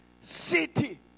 city